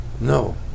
No